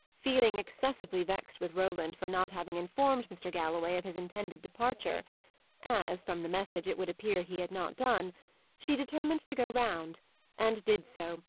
feeling excessively vexed with roland for not having informed mr. galloway of his intended departure as from the message, it would appear he had not done she determined to go round and did so,